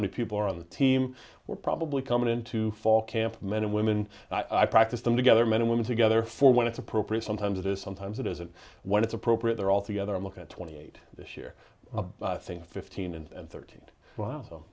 many people are on the team were probably coming into fall camp men and women i practice them together men and women together for when it's appropriate sometimes it is sometimes it is and when it's appropriate they're all together and look at twenty eight this year i think fifteen and thirt